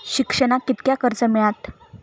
शिक्षणाक कीतक्या कर्ज मिलात?